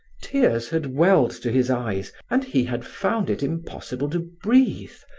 tears had welled to his eyes and he had found it impossible to breathe,